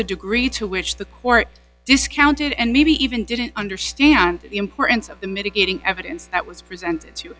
the degree to which the court discounted and maybe even didn't understand the importance of the mitigating evidence that was presented to